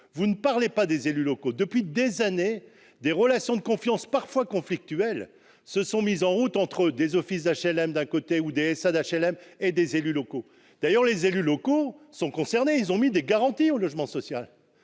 Vous ne parlez pas des élus locaux. Depuis des années, des relations de confiance, parfois conflictuelles, se sont développées entre des offices d'HLM ou des SA d'HLM et des élus locaux. D'ailleurs, les élus locaux ont apporté des garanties au logement social.